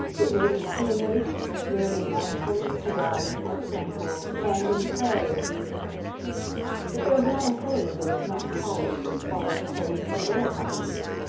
it may be feverish, merely mournful, cadavre, or tranquil, and entirely beautiful but there is not a phrase that is not polished as far as a phrase will bear polishing.